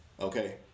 okay